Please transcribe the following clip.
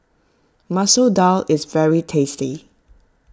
Masoor Dal is very tasty